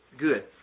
good